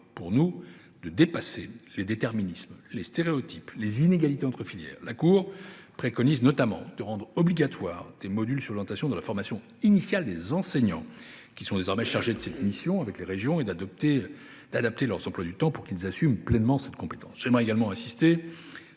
pas de dépasser les déterminismes, les stéréotypes et les inégalités entre filières. La Cour préconise notamment de rendre obligatoires des modules relatifs à l’orientation dans la formation initiale des enseignants, qui sont désormais chargés de cette mission avec les régions, et d’adapter leurs emplois du temps pour qu’ils assument pleinement cette compétence. J’aimerais également insister